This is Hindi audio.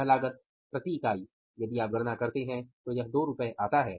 यह लागत प्रति इकाई यदि आप गणना करते हैं तो यह 2 रु आता है